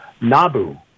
Nabu